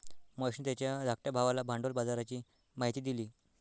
महेशने त्याच्या धाकट्या भावाला भांडवल बाजाराची माहिती दिली